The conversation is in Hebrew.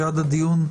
עד הדיון,